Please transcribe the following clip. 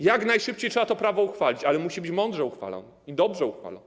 Jak najszybciej trzeba to prawo uchwalić, ale musi być mądrze uchwalone i dobrze uchwalone.